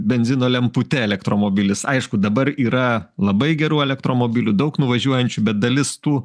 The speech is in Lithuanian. benzino lempute elektromobilis aišku dabar yra labai gerų elektromobilių daug nuvažiuojančių bet dalis tų